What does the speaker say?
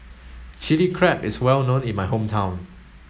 chili crab is well known in my hometown